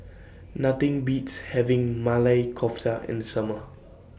Nothing Beats having Maili Kofta in The Summer